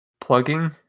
Plugging